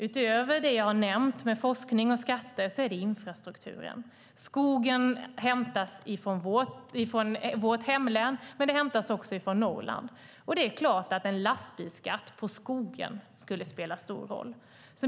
Utöver det som jag har nämnt, forskning och skatter, är det infrastrukturen. Skogen hämtas från vårt hemlän, men den hämtas också från Norrland. Och det är klart att en lastbilsskatt på skogen skulle spela stor roll.